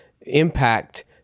impact